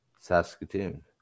Saskatoon